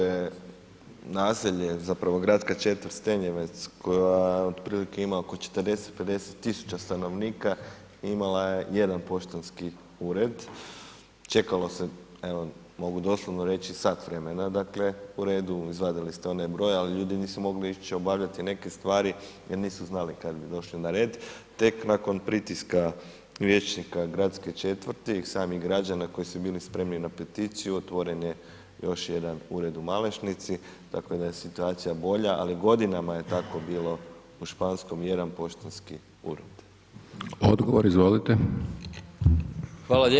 Špansko je naselje zapravo Gradska četvrt Stenjevec koja otprilike ima oko 40, 50.000 stanovnika i imala je jedan poštanski ured, čekalo se evo mogu doslovno reći sat vremena dakle u redu, izvadili ste onaj broj, al ljudi nisu mogli ić obavljati neke stvari jer nisu znali kad bi došli na red, tek nakon pritiska vijećnika gradske četvrti i samih građana koji su bili spremni na peticiju, otvoren je još jedan ured u Malešnici, tako da je situacija bolja, ali godinama je tako bilo u Španskom, jedan poštanski ured.